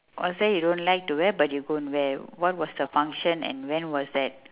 or say you don't like to wear but you go and wear what was the function and when was that